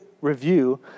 review